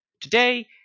today